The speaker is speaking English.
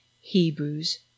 Hebrews